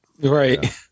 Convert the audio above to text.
Right